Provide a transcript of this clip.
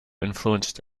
influenced